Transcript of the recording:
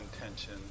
intention